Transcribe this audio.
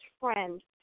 friend